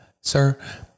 sir